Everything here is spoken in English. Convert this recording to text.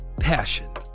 Passion